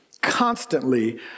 constantly